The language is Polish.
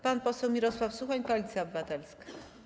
Pan poseł Mirosław Suchoń, Koalicja Obywatelska.